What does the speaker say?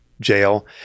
jail